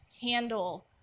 handle